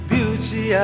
Beauty